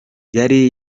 yari